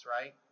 right